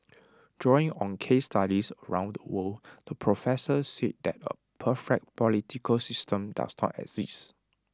drawing on case studies around the world the professor said that A perfect political system does not exist